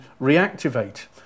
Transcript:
reactivate